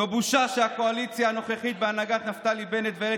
זו בושה שהקואליציה הנוכחית בהנהגת נפתלי בנט ואילת